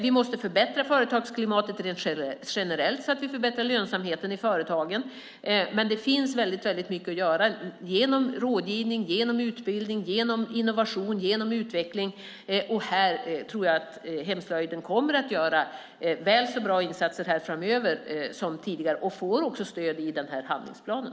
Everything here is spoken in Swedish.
Vi måste förbättra företagsklimatet rent generellt så att vi förbättrar lönsamheten i företagen. Men det finns väldigt mycket att göra genom rådgivning, genom utbildning, genom innovation och genom utveckling. Här tror jag att hemslöjden kommer att göra väl så bra insatser framöver som tidigare, och de får stöd i handlingsplanen.